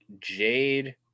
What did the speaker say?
Jade